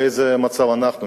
באיזה מצב אנחנו.